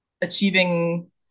achieving